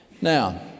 Now